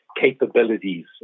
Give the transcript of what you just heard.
capabilities